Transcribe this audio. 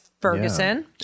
Ferguson